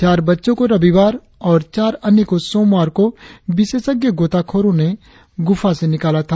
चार बच्चों को रविवार और चार अन्य को सोमवार को विशेषज्ञ गोताखोरों ने गुफा से निकाला था